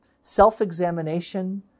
self-examination